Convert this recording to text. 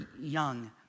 young